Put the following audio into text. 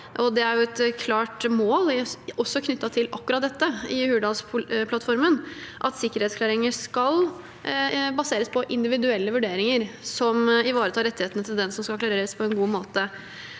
Det er også et klart mål knyttet til akkurat dette i Hurdalsplattformen: at sikkerhetsklareringer skal baseres på individuelle vurderinger som på en god måte ivaretar rettighetene til den som skal klareres. Det gjør at